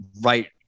right